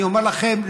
אני אומר לכם,